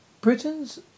Britain's